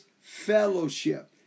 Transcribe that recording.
Fellowship